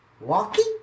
walking